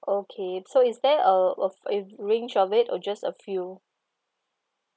okay so is there uh of a range of it or just a few